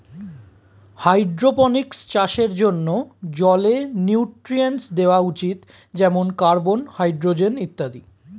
hydroponics চাষের জন্যে জলে নিউট্রিয়েন্টস দেওয়া উচিত যেমন কার্বন, হাইড্রোজেন ইত্যাদি